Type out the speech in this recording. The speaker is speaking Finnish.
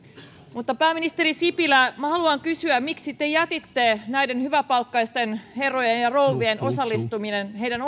mutta pääministeri sipilä minä haluan kysyä miksi te jätitte näiden hyväpalkkaisten herrojen ja rouvien osallistumisen heidän